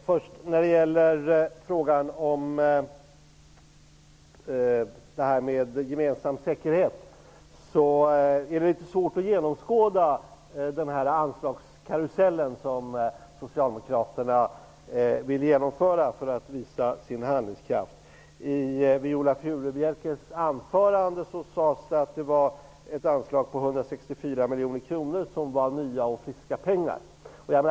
Herr talman! Det är lite svårt att genomskåda den anslagskarusell som Socialdemokraterna vill genomföra för att visa handlingskraft när det gäller frågan om gemensam säkerhet. Viola Furubjelke sade i sitt anförande att anslaget på 164 miljoner kronor utgjorde nya och friska pengar.